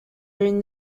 during